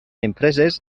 empreses